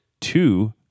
Two